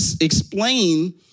explain